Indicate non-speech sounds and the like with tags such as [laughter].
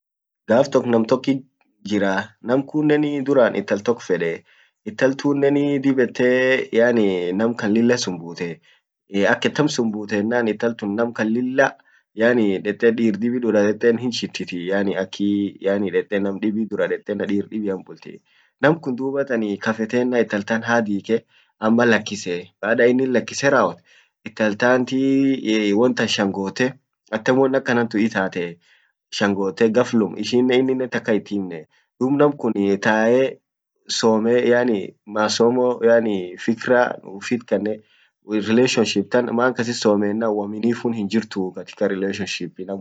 gaf tokkit jiraa nam kunnenduran intal tok fedee intal tunnen dib ete [hesitation] yaani nam kan lila sumbutee, ak atam sumbute ennan intaltun nam kan lilla yaani dete dir dibi dura dete hinchitiii yaani dete nam dibi dura dete tadir dibian bultii nam kun dubatan kafetennan intal tan haad hike, ama lakkise, baada inin lakise rawot intal tant ee won tan shangote atam won akanan tun itatee, shangote ghaflum ishinen ininen takka ithiimne dub namkun tae smme, yaani ,masomo yaani ee fikra uffitkanne relationship tan kas somme ennan uaminifun hinjirtuu katika relationship kasa namu hiaminini.